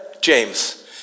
James